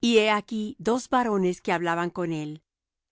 y he aquí dos varones que hablaban con él